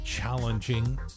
challenging